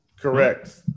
Correct